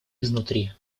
изнутри